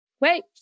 Wait